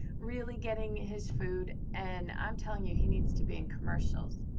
really getting his food and i'm telling you, he needs to be in commercials.